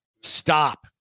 Stop